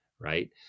right